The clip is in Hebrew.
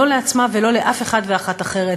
לא לעצמה ולא לאף אחד ואחת אחרת,